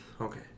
Okay